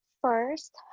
First